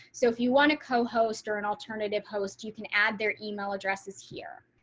so if you want to co host or an alternative host. you can add their email addresses here.